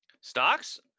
Stocks